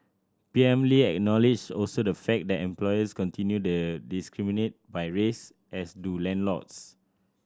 P M Lee acknowledged also the fact that employers continue the discriminate by race as do landlords